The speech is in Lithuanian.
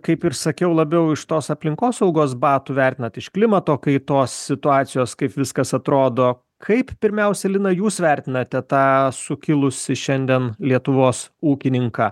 kaip ir sakiau labiau iš tos aplinkosaugos batų vertinat iš klimato kaitos situacijos kaip viskas atrodo kaip pirmiausia lina jūs vertinate tą sukilusį šiandien lietuvos ūkininką